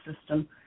system